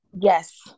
Yes